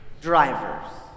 drivers